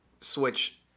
switch